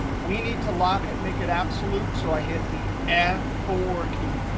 we need to lock it, make it absolute. so i hit the f four key.